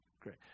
Great